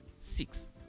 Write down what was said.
Six